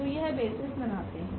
तो यह बेसिस बनाते है